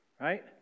right